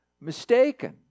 mistaken